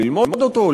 ללמוד אותו,